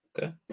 Okay